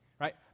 right